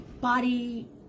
body